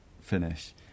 finish